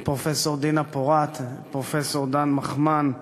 את פרופסור דינה פורת, את פרופסור דן מכמן,